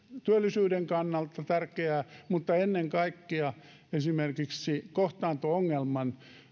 työllisyyden kannalta tärkeää mutta ennen kaikkea esimerkiksi kohtaanto ongelman